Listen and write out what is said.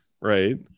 Right